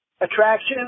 attraction